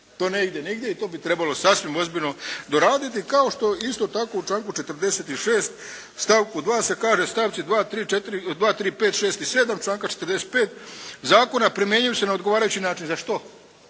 To ne ide nigdje i to bi trebalo sasvim ozbiljno doraditi kao što isto tako u članku 46. stavku 2. se kaže, stavci 2., 3., 5., 6. i 7. članka 45. zakona primjenjuju se na odgovarajući način. Za što?